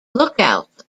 lookouts